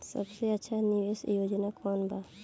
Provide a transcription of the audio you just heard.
सबसे अच्छा निवेस योजना कोवन बा?